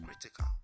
critical